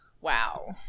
Wow